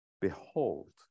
behold